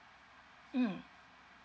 mm